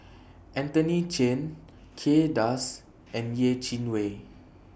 Anthony Chen Kay Das and Yeh Chi Wei